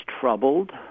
troubled